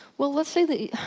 well let's say that,